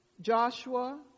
Joshua